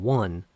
one